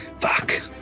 Fuck